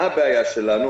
מה הבעיה שלנו?